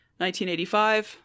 1985